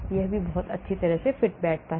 यह भी बहुत अच्छी तरह से फिट बैठता है